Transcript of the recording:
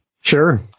Sure